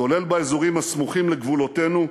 כולל באזורים הסמוכים לגבולותינו,